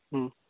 हम्म